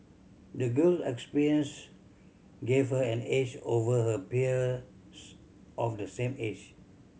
the girl experience gave her an edge over her peers of the same age